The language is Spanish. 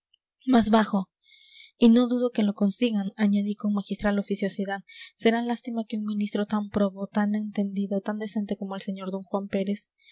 más bajo y no dudo que lo consigan añadí con magistral oficiosidad será lástima que un ministro tan probo tan entendido tan decente como el sr d juan pérez